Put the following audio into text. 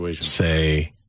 say